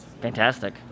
fantastic